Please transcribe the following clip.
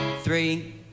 three